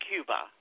Cuba